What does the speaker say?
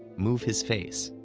move his face,